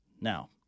Now